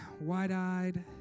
wide-eyed